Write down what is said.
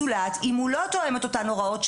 זולת אם הוא לא תואם את אותן הוראות,